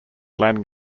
landing